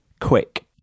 quick